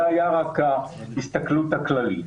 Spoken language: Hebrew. זה היה רק ההסתכלות הכללית.